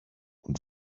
und